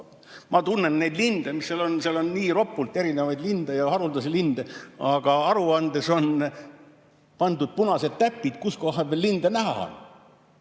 Ma tunnen neid linde, mis seal on. Seal on nii ropult erinevaid linde ja haruldasi linde, aga aruandes on pandud punased täpid selle kohta, kus linde näha on.